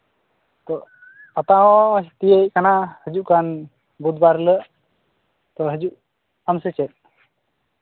ᱛᱳ ᱯᱟᱛᱟ ᱦᱚᱸ ᱛᱤᱭᱳᱜ ᱦᱮᱡ ᱠᱟᱱᱟ ᱦᱤᱡᱩᱜ ᱠᱟᱱ ᱵᱩᱫᱷᱵᱟᱨ ᱛᱚ ᱦᱤᱡᱩᱜ ᱟᱢ ᱥᱮ ᱪᱮᱫ